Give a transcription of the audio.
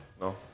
No